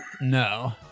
No